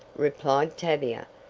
replied tavia,